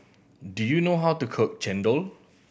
do you know how to cook chendol